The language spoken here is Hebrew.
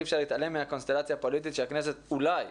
אי אפשר להתעלם מהקונסטלציה הפוליטית שהכנסת אולי,